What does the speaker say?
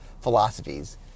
philosophies